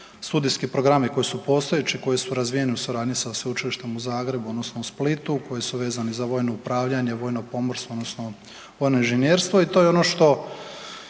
studijski programi koji su postojeći, koji su razvijeni u suradnji sa sveučilištem u Zagrebu odnosno u Splitu koji su vezani za vojno upravljanje, vojno pomorstvo odnosno vojno inženjerstvo i to je ono što